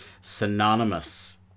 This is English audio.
synonymous